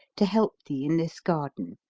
to help thee in this garden?